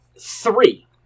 Three